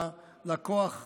לכוח הרציני,